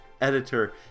editor